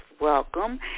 welcome